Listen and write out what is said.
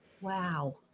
Wow